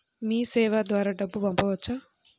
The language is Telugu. మీసేవ ద్వారా డబ్బు పంపవచ్చా?